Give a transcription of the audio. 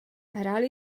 hráli